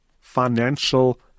financial